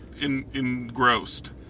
engrossed